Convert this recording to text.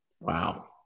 Wow